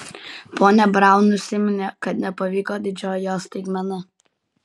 ponia braun nusiminė kad nepavyko didžioji jos staigmena